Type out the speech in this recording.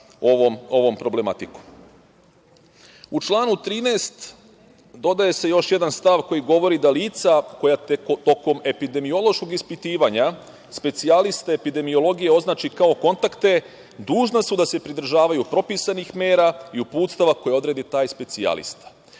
sa ovom problematikom.U članu 13. dodaje se još jedan stav koji govori da lica koja su tokom epidemiološkog ispitivanja specijaliste epidemiologije označena kao kontakti dužna su da se pridržavaju propisanih mera i uputstava koja odredi taj specijalista.